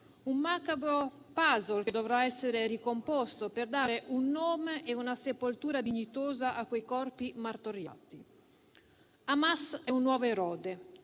un macabro *puzzle* che dovrà essere ricomposto per dare un nome e una sepoltura dignitosa a quei corpi martoriati. Hamas è un nuovo Erode: